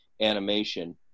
animation